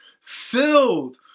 filled